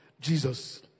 Jesus